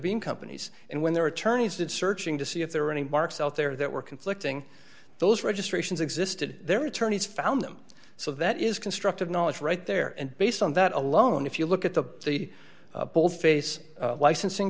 bean companies and when their attorneys did searching to see if there were any marks out there that were conflicting those registrations existed their attorneys found them so that is constructive knowledge right there and based on that alone if you look at the the boldface licensing